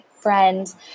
friends